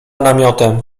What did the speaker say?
namiotem